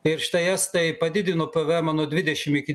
ir štai estai padidino pavaemą nuo dvidešim iki